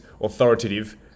authoritative